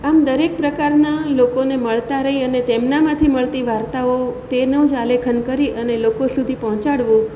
આમ દરેક પ્રકારનાં લોકોને મળતા રહી અને તેમનામાંથી મળતી વાર્તાઓ તેનું જ આલેખન કરી અને લોકો સુધી પહોંચાડવું